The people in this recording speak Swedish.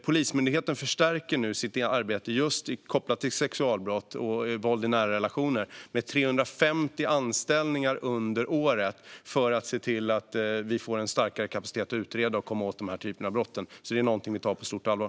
Polismyndigheten förstärker nu sitt arbete kopplat just till sexualbrott och våld i nära relationer med 350 anställningar under året för att se till att vi får en starkare kapacitet att utreda och komma åt dessa typer av brott. Det är någonting vi tar på stort allvar.